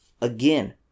Again